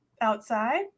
outside